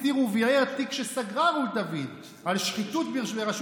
הסתיר וביער תיק שסגרה רות דוד על שחיתות ברשות